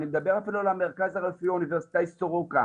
אני מדבר אפילו על המרכז הרפואי האוניברסיטאי סורוקה,